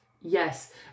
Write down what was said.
yes